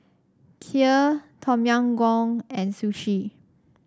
Kheer Tom Yam Goong and Sushi